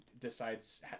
decides